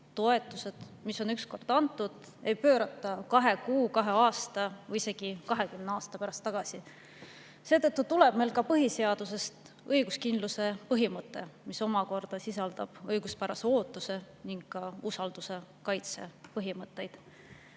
toetusi, mis on üks kord antud, ei pöörata kahe kuu, kahe aasta või isegi 20 aasta pärast tagasi. Seetõttu tuleneb põhiseadusest ka õiguskindluse põhimõte, mis omakorda sisaldab õiguspärase ootuse ning ka usalduse kaitse põhimõtteid.